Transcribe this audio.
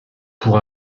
pour